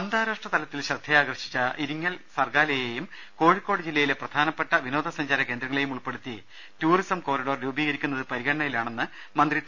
അന്താരാഷ്ട്ര തലത്തിൽ ശ്രദ്ധയാകർഷിച്ച ഇരിങ്ങൽ സർഗാലയെയും കോഴിക്കോട് ജില്ലയിലെ പ്രധാനപ്പെട്ട വിനോദസഞ്ചാര കേന്ദ്രങ്ങളെയും ഉൾപ്പെടുത്തി ടൂറിസം കോറിഡോർ രൂപീകരിക്കുന്നത് പരിഗണനയിലാണെന്ന് മന്ത്രി ടി